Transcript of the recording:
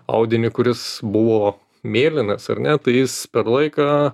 audinį kuris buvo mėlynas ar ne tai jis per laiką